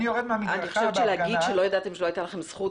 אני חושבת שלומר שלא ידעתם ושלא הייתה לכם זכות,